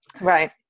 right